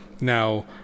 Now